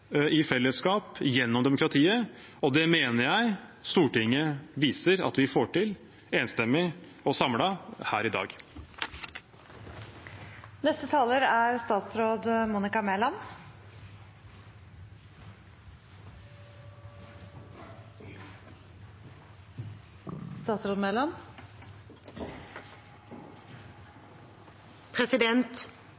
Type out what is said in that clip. i, men det sikrer vi best i fellesskap, gjennom demokratiet. Det mener jeg Stortinget viser at vi får til, enstemmig og samlet her i